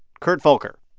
kurt volker,